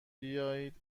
بیایید